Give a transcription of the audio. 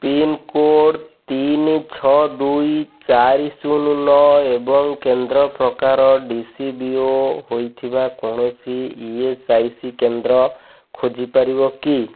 pincode ତିନି ଛଅ ଦୁଇ ଚାରି ଶୂନ ନଅ ଏବଂ କେନ୍ଦ୍ର ପ୍ରକାର ଡି ସି ବି ଓ ହୋଇଥିବା କୌଣସି ଇ ଏସ୍ ଆଇ ସି କେନ୍ଦ୍ର ଖୋଜିପାରିବ କି